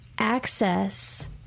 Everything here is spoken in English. access